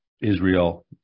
Israel